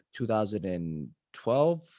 2012